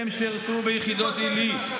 והם שירתו ביחידות עילית.